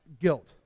guilt